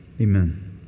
Amen